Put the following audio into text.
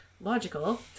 logical